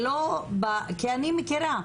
כי אני מכירה,